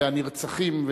הנרצחים,